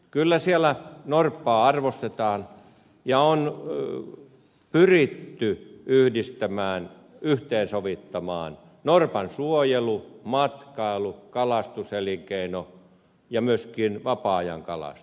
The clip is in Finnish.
kyllä siellä norppaa arvostetaan ja on pyritty yhdistämään yhteensovittamaan norpan suojelu matkailu kalastuselinkeino ja myöskin vapaa ajan kalastus